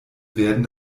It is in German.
werden